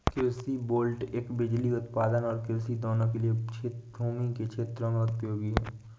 कृषि वोल्टेइक बिजली उत्पादन और कृषि दोनों के लिए भूमि के क्षेत्रों में उपयोगी है